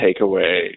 takeaway